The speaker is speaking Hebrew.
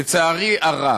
לצערי הרב,